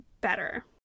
better